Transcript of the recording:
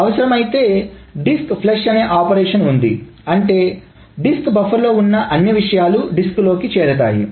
అవసరమైతే disk flush అనే operation ఉంది అంటే డిస్క్ బఫర్ లో ఉన్న అన్ని విషయాలు డిస్క్ లోకి చేరతాయి